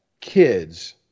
kids